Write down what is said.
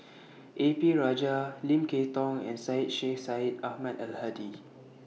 A P Rajah Lim Kay Tong and Syed Sheikh Syed Ahmad Al Hadi